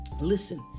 Listen